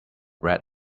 red